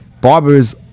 Barbers